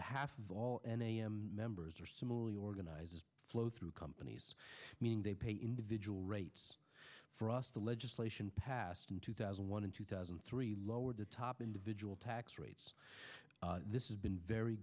half of all and am members are similarly organized flow through companies meaning they pay individual rates for us the legislation passed in two thousand and one in two thousand and three lowered the top individual tax rates this is been very